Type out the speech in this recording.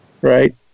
Right